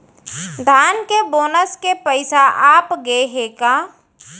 धान के बोनस के पइसा आप गे हे का?